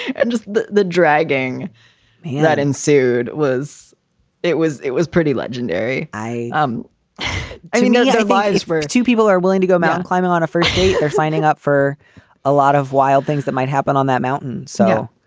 and just the the dragging that ensued was it was it was pretty legendary. i um i see no survivor's where two people are willing to go mountain climbing on a first date. they're signing up for a lot of wild things that might happen on that mountain. so,